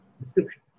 description